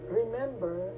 remember